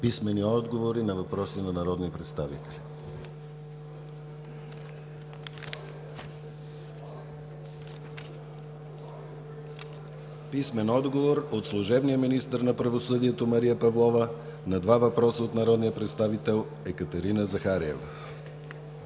Писмени отговори на въпроси от народни представители от: - служебния министър на правосъдието Мария Павлова на два въпроса от народния представител Екатерина Захариева;